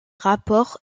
rapports